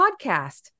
podcast